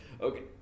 Okay